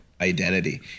identity